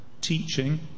teaching